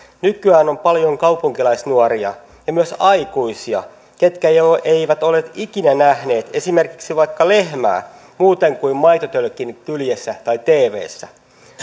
nykyään on paljon kaupunkilaisnuoria ja myös aikuisia jotka eivät ole eivät ole ikinä nähneet esimerkiksi vaikka lehmää muuten kuin maitotölkin kyljessä tai tvssä